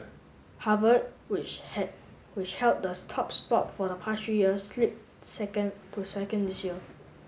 Harvard which had which held the top spot for the past three years slipped second to second this year